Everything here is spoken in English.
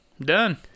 Done